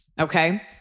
Okay